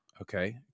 okay